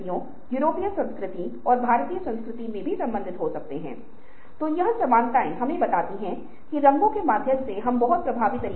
उसे समाधान यूरेका मिला और वह नग्न हो कर गली में भागा और घोषित किया कि उसने उछाल वाले कानून की खोज की है